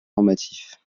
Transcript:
normatif